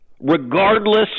regardless